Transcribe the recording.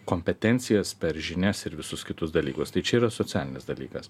kompetencijas per žinias ir visus kitus dalykus tai čia yra socialinis dalykas